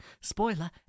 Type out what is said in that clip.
Spoiler